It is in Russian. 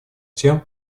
тем